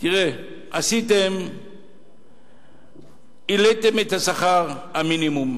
תראה, העליתם את שכר המינימום.